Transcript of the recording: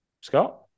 Scott